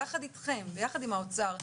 יחד איתכם ויחד עם האוצר,